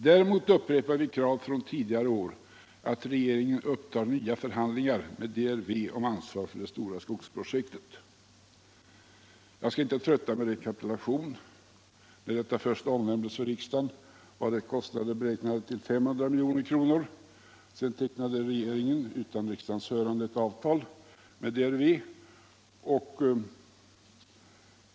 Däremot upprepar vi kravet från tidigare år att regeringen upptar nya förhandlingar med DRV om ansvaret för det stora skogsprojektet — jag skall inte trötta kammaren med någon rekapitulation. När detta projekt först omnämndes för riksdagen var kostnaderna för detsamma beräknade till 500 milj.kr. Sedan tecknade regeringen utan riksdagens hörande avtal med DRV.